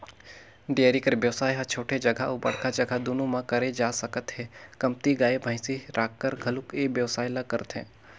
dairy कर बेवसाय ह छोटे जघा अउ बड़का जघा दूनो म करे जा सकत हे, कमती गाय, भइसी राखकर घलोक ए बेवसाय ल करथे